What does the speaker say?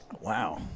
Wow